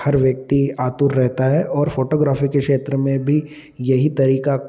हर व्यक्ति आतुर रहता है और फोटोग्राफी के क्षेत्र में भी यही तरीका